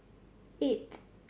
eight